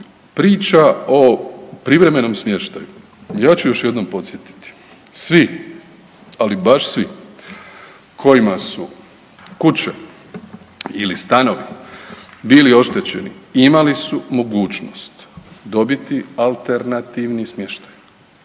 Priča o privremenom smještaju, ja ću još jednom podsjetiti. Svi, ali baš svi kojima su kuće ili stanovi bili oštećeni imali su mogućnost dobiti alternativni smještaj